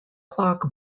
clock